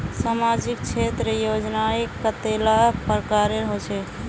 सामाजिक क्षेत्र योजनाएँ कतेला प्रकारेर होचे?